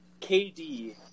KD